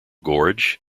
gorge